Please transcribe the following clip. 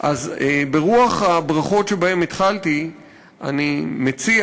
ברוח הברכות שבהן התחלתי אני מציע